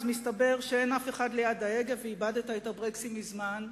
מסתבר שאין אף אחד ליד ההגה ואיבדת את הברקסים מזמן,